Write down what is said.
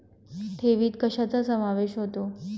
ठेवीत कशाचा समावेश होतो?